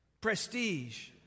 prestige